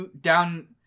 down